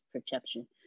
perception